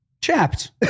chapped